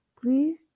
Please